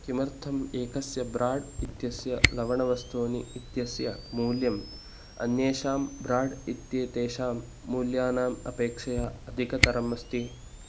किमर्थम् एकस्य ब्राड् इत्यस्य लवणवस्तूनि इत्यस्य मूल्यम् अन्येषां ब्राड् इत्येतेषां मूल्यानाम् अपेक्षया अधिकतरम् अस्ति